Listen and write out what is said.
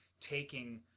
taking